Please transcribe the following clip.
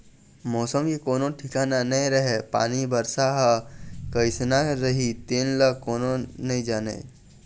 मउसम के कोनो ठिकाना नइ रहय पानी, बरसा ह कइसना रही तेन ल कोनो नइ जानय